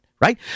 right